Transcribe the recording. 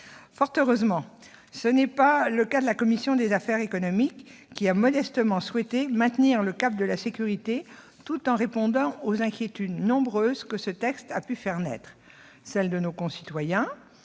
Fort heureusement, ce n'est pas le cas de la commission des affaires économiques, qui a modestement souhaité maintenir le cap de la sécurité tout en répondant aux inquiétudes nombreuses que ce texte a pu faire naître : celles de nos concitoyens,